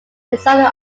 inside